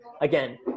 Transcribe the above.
again